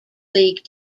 league